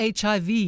HIV